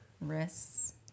Wrists